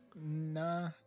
Nah